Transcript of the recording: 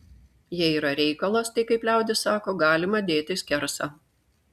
jei yra reikalas tai kaip liaudis sako galima dėti skersą